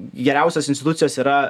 geriausios institucijos yra